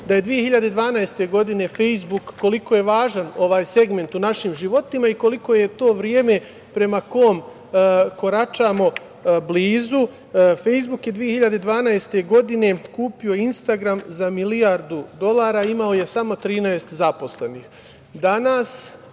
da je 2012. godine, Fejsbuk, koliko je važan ovaj segment u našim životima i koliko je to vreme prema kom koračamo blizu, Fejsbuk je 2012. godine kupio Instagram za milijardu dolara. Imao je samo 13 zaposlenih.